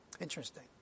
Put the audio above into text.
Interesting